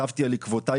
שבתי על עקבותיי,